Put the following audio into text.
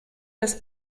des